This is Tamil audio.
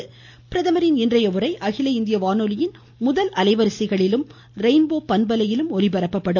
பிரதமரின் இன்றைய உரை அகில இந்திய வானொலியின் முதல் அலைவரிசையிலும் ரெயின்போ பண்பலையிலும் ஒலிபரப்பப்படும்